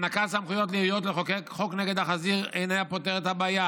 הענקת סמכויות לעיריות לחוקק חוק נגד החזיר אינה פותרת את הבעיה,